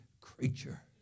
creature